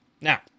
now